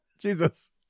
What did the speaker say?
Jesus